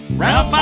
round five.